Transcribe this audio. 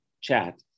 chat